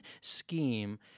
scheme